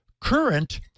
current